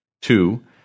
two